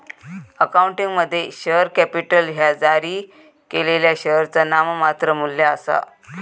अकाउंटिंगमध्ये, share capital ह्या जारी केलेल्या शेअरचा नाममात्र मू्ल्य आसा